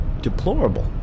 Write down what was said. deplorable